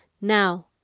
Now